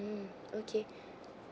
mm okay